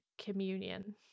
communion